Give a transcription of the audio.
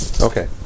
Okay